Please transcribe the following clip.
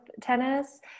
tennis